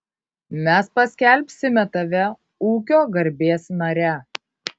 mes paskelbsime tave ūkio garbės nare